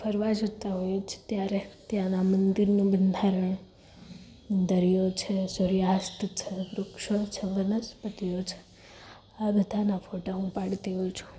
ફરવા જતાં હોઈએ છીએ ત્યારે ત્યાંના મંદિરનું બંધારણ દરિયો છે સૂર્યાસ્ત છે વૃક્ષો છે વનસ્પતિઓ છે આ બધાના ફોટા હું પાડતી હોઉં છું